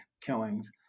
killings